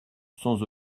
sans